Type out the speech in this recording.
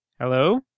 Hello